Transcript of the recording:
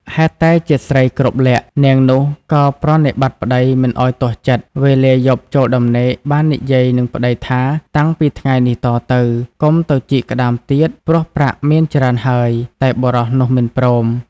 ហេតុតែជាស្រីគ្រប់លក្ខណ៍នាងនោះក៏ប្រណិប័តន៍ប្ដីមិនឲ្យទាស់ចិត្ត វេលាយប់ចូលដំណេកបាននិយាយនឹងប្ដីថាតាំងពីថ្ងៃនេះតទៅ កុំទៅជីកក្ដាមទៀតព្រោះប្រាក់មានច្រើនហើយ តែបុរសនោះមិនព្រម ។